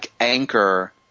anchor